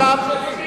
אחרת היתה ממשיכה.